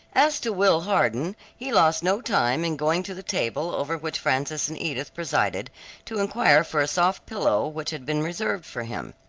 as to will hardon, he lost no time in going to the table over which frances and edith presided to enquire for a sofa pillow which had been reserved for him.